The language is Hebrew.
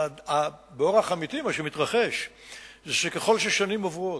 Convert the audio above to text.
באורח אמיתי מה שמתרחש הוא שככל שהשנים עוברות,